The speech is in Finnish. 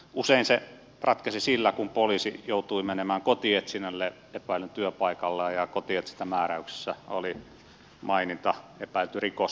usein se ratkesi sillä kun poliisi joutui menemään kotietsinnälle epäillyn työpaikalle ja kotietsintämääräyksissä oli maininta epäilty rikos